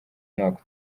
umwaka